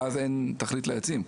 ואז אין תכלית לעצים.